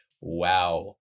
Wow